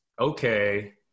okay